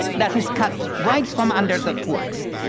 that is cut right from under the poorest.